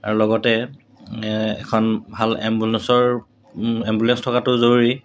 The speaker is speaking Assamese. আৰু লগতে এখন ভাল এম্বুলেঞ্চৰ এম্বুলেঞ্চ থকাটো জৰুৰী